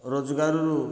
ରୋଜଗାରରୁ